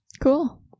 Cool